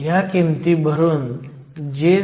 तर हा भाग a आहे आता भाग बी वर जाऊया